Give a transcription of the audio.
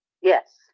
yes